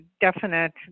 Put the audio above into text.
definite